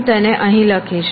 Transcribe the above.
હું તેને અહીં લખીશ